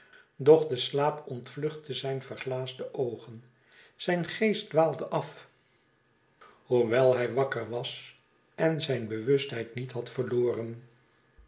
doch de slaap ontvluchtte zijn verglaasde oogen zijn geest dwaalde af hoewel hij wakker was en zijn bewustheid niet had verloren